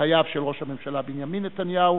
בחייו של ראש הממשלה בנימין נתניהו